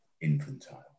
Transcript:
infantile